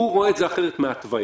הוא רואה את זה אחרת מהתווייה.